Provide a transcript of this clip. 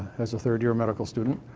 as a third-year medical student.